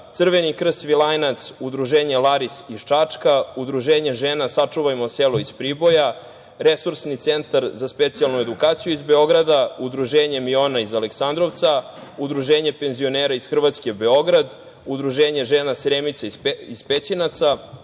Crveni krst Svilajnac, Udruženje „Laris“ iz Čačka, Udruženje žena „Sačuvajmo selo“ iz Priboja, Resursni centar za specijalnu edukaciju iz Beograda, Udruženje „Miona“ iz Aleksandrovca, Udruženje penzionera iz Hrvatske, Beograd, Udruženje žena „Sremica“ iz Pećinaca,